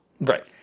Right